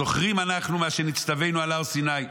זוכרים אנחנו מה שנצטווינו על הר סיני: